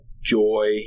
joy